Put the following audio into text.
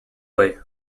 way